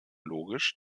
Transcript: logisch